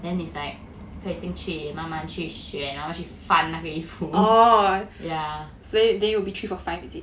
then it's like 可以进去慢慢去选然后去翻那个衣服 yeah